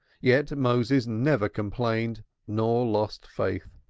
yet moses never complained nor lost faith.